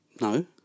No